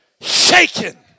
shaken